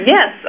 Yes